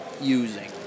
using